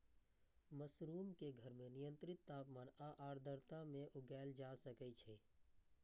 mushroom कें घर मे नियंत्रित तापमान आ आर्द्रता मे उगाएल जा सकै छै